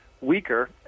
weaker